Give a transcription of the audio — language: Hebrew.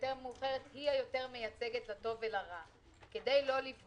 ליותר ויותר דומה למה שאתם רוצים להימנע ממנו,